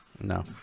No